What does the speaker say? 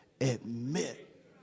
admit